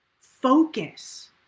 focus